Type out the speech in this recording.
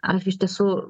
ar iš tiesų